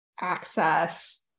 access